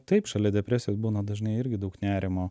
taip šalia depresijos būna dažnai irgi daug nerimo